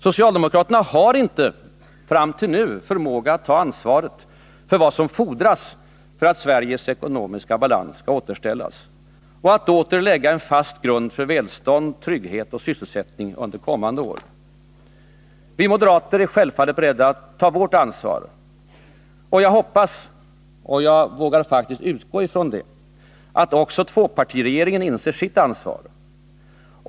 Socialdemokraterna har fram till nu inte visat förmåga att ta ansvaret för vad som fordras för att Sveriges ekonomiska balans skall återställas och för att åter lägga en fast grund för välstånd, trygghet och sysselsättning under kommande år. Vi moderater är självfallet beredda att ta vårt ansvar. Jag hoppas — och jag vågar faktiskt utgå ifrån det — att också tvåpartiregeringen inser sitt ansvar.